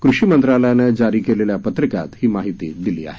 कृषि मंत्रालयानं जारी केलेल्या पत्रकात ही माहिती दिली आहे